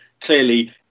Clearly